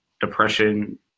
depression